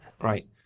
Right